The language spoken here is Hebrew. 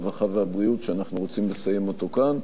הרווחה והבריאות שאנחנו רוצים לסיים אותו כאן.